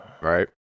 Right